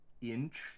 inch